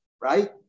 right